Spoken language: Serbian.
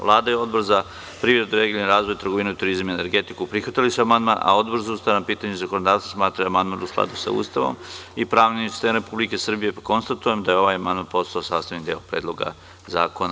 Vlada i Odbor za privredu i regionalni razvoj, trgovinu, turizam i energetiku prihvatili su amandman, a Odbor za ustavna pitanja i zakonodavstvo smatra da je amandman u skladu sa Ustavom i pravnim sistemom Republike Srbije, pa konstatujem da je ovaj amandman postao sastavni deo Predloga zakona.